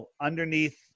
underneath